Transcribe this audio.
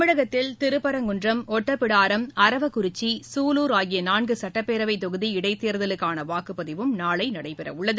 தமிழகத்தில் திருப்பரங்குன்றம் ஒட்டபிடாரம் அரவக்குறிச்சி சூலூர் ஆகிய நான்கு சட்டப்பேரவை தொகுதி இடைத்தேர்தலுக்கான வாக்குப்பதிவும் நாளை நடைபெறவுள்ளது